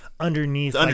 Underneath